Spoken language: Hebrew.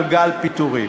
מדברים על גל פיטורים.